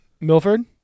Milford